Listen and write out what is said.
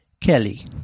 Kelly